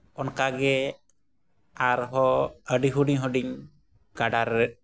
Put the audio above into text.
ᱚᱱᱠᱟ ᱜᱮ ᱟᱨᱦᱚᱸ ᱟᱹᱰᱤ ᱦᱩᱰᱤᱧᱼᱦᱩᱰᱤᱧ ᱜᱟᱰᱟᱨᱮ